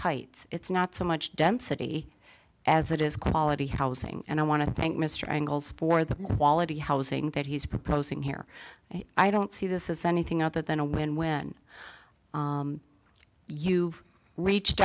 heights it's not so much density as it is quality housing and i want to thank mr angles for the quality housing that he's proposing here and i don't see this as anything other than a win when you've reached